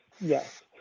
Yes